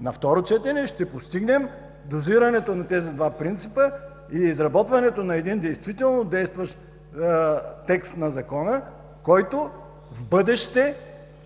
на второ четене ще постигнем дозирането на тези два принципа и изработването на един действително действащ текст на Закона, който в бъдеще